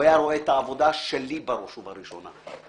הוא היה רואה את העבודה שלי בראש ובראשונה.